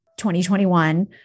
2021